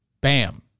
Bam